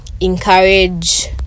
encourage